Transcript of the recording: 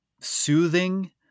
soothing